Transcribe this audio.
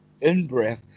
in-breath